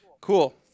Cool